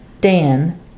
Dan